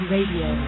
Radio